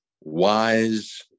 wise